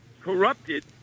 corrupted